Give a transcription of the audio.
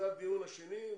זה הדיון השני.